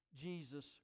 Jesus